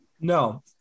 No